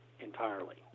entirely